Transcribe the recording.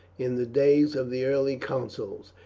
in the days of the early consuls,